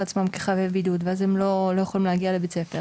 עצמם כחבי בידוד ואז הם לא יכולים להגיע לבית הספר